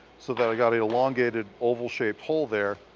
so that i got an elongated oval shaped hole there.